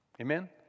Amen